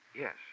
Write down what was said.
Yes